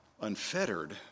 unfettered